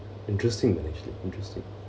interesting actually interesting